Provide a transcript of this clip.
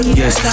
yes